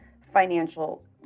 financial